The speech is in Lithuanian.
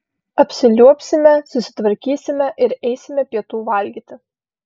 apsiliuobsime susitvarkysime ir eisime pietų valgyti